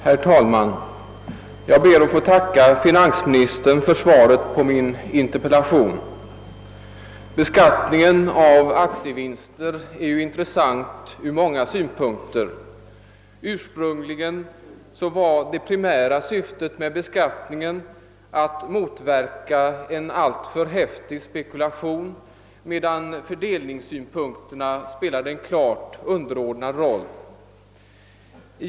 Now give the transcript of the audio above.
Herr talman! Jag ber att få tacka finansministern för svaret på min interpellation. Beskattningen av aktievinster är intressant ur många synpunkter. Ursprungligen var det primära syftet med beskattningen att motverka en alltför häftig spekulation, medan fördelningssynpunkterna spelade en klart underordnad roll.